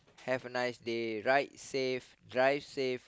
have a nice day ride safe drive safe